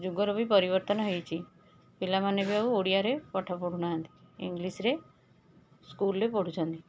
ଯୁଗର ବି ପରିବର୍ତ୍ତନ ହେଇଛି ପିଲାମାନେ ବି ଆଉ ଓଡ଼ିଆରେ ପାଠ ପଢ଼ୁନାହାନ୍ତି ଇଂଲିଶ୍ରେ ସ୍କୁଲରେ ପଢ଼ୁଛନ୍ତି